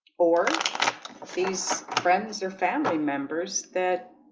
or these friends or family members that